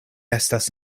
estas